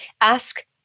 ask